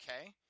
okay